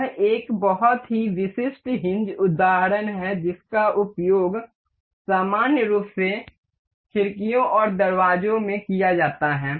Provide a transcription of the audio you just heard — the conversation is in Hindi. यह एक बहुत ही विशिष्ट हिन्ज उदाहरण है जिसका उपयोग सामान्य रूप से खिड़कियों और दरवाजों में किया जाता है